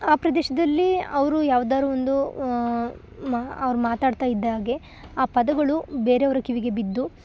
ಆ ಪ್ರದೇಶದಲ್ಲೀ ಅವರು ಯಾವುದಾರೂ ಒಂದು ಅವ್ರು ಮಾತಾಡ್ತಾಯಿದ್ದಾಗೆ ಆ ಪದಗಳು ಬೇರೆಯವರ ಕಿವಿಗೆ ಬಿದ್ದು